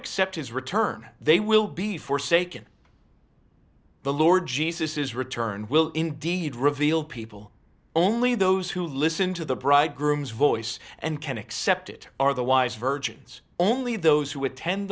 accept his return they will be forsaken the lord jesus is returned will indeed reveal people only those who listen to the bridegroom's voice and can accept it are the wise virgins only those who attend